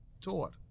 taught